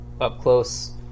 up-close